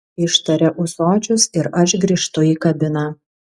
ištaria ūsočius ir aš grįžtu į kabiną